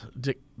dick